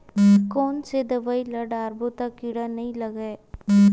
कोन से दवाई ल डारबो त कीड़ा नहीं लगय?